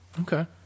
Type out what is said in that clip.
Okay